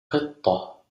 قطة